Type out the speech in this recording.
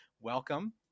welcome